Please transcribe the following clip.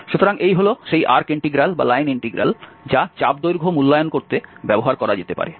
সুতরাং এই হল সেই আর্ক ইন্টিগ্রাল বা লাইন ইন্টিগ্রাল যা চাপ দৈর্ঘ্য মূল্যায়ন করতে ব্যবহার করা যেতে পারে